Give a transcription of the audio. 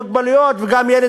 וגם לאנשים עם מוגבלות,